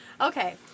Okay